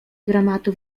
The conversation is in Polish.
dramatu